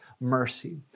mercy